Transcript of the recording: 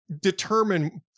determine